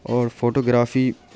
اور فوٹوگرافی